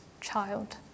child